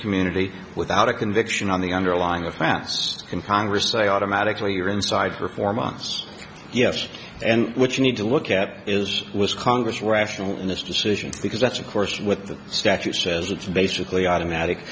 community without a conviction on the underlying of facts in congress they automatically you're inside for four months yes and what you need to look at is was congress rational in this decision because that's of course what the statute says it's basically automatic